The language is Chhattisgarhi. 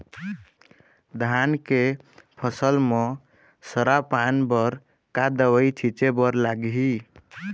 धान के फसल म सरा पान बर का दवई छीचे बर लागिही?